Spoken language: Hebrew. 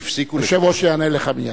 היושב-ראש יענה לך מייד.